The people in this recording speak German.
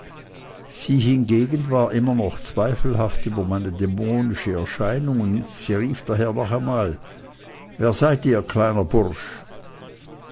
sie hingegen war immer noch zweifelhaft über meine dämonische erscheinung und sie rief daher noch einmal wer seid ihr kleiner bursch